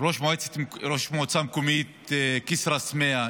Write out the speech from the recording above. ראש המועצה המקומית כסרא-סמיע,